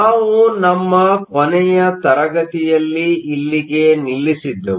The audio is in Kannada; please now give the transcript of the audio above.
ನಾವು ನಮ್ಮ ಕೊನೆಯ ತರಗತಿಯಲ್ಲಿ ಇಲ್ಲಿಗೆ ನಿಲ್ಲಿಸಿದ್ದೇವು